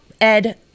Ed